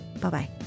Bye-bye